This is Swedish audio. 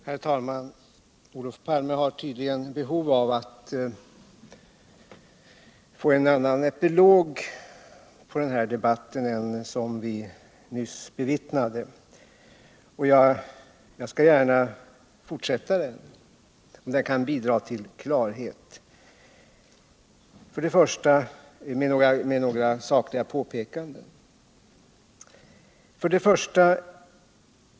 Herr talman! Olof Palme har tydligen behov av att få en annan epilog på denna debatt än den vi nyss bevittnade. Jag skall gärna fortsätta den med några sakliga påpekanden, om de kan bidra till klarhet.